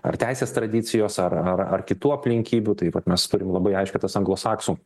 ar teisės tradicijos ar ar ar kitų aplinkybių tai vat mes turim labai aiškiai tas anglosaksų